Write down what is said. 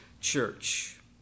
church